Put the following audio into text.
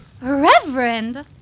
Reverend